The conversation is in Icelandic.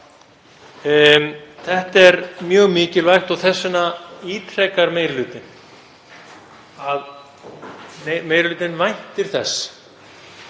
Þetta er mjög mikilvægt og þess vegna ítrekar meiri hlutinn að hann væntir þess